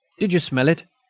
did you smell it?